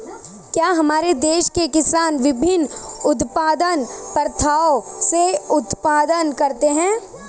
क्या हमारे देश के किसान विभिन्न उत्पादन प्रथाओ से उत्पादन करते हैं?